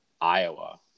Iowa